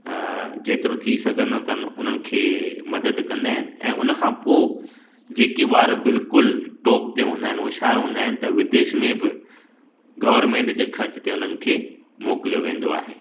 जेतिरो थी सघंदो अथनि उन्हनि खे मदद कंदा आहिनि ऐं उनखां पोइ जेके ॿार बिल्कुलु टॉप ते हूंदा आहिनि हुशियारु हूंदा आहिनि त विदेश में बि गवर्मेंट जे ख़र्च ते उन्हनि खे मोकिलियो वेंदो आहे